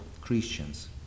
Christians